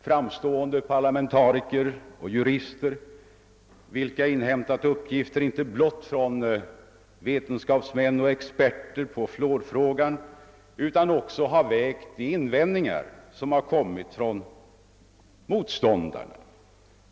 Framstående parlamentariker och jurister har inte bara inhämtat uppgifter från vetenskapsmän och experter på fluorfrågan utan också prövat de invändningar som har gjorts av motståndare till fluoride ring.